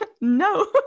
no